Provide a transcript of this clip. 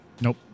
Nope